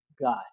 guy